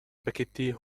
spaghetti